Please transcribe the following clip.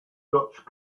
dutch